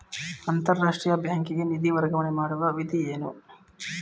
ಅಂತಾರಾಷ್ಟ್ರೀಯ ಬ್ಯಾಂಕಿಗೆ ನಿಧಿ ವರ್ಗಾವಣೆ ಮಾಡುವ ವಿಧಿ ಏನು?